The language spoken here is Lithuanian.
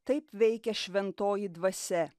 taip veikia šventoji dvasia